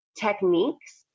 techniques